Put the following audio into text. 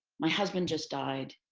my husband just died